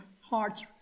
heart's